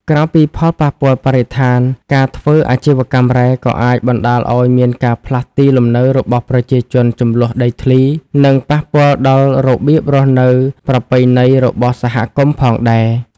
ក្រៅពីផលប៉ះពាល់បរិស្ថាន ការធ្វើអាជីវកម្មរ៉ែក៏អាចបណ្ដាលឲ្យមានការផ្លាស់ទីលំនៅរបស់ប្រជាជនជម្លោះដីធ្លី និងប៉ះពាល់ដល់របៀបរស់នៅប្រពៃណីរបស់សហគមន៍ផងដែរ។